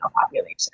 population